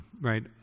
right